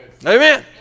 Amen